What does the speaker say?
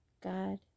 God